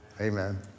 Amen